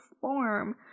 form